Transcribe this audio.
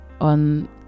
On